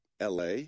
la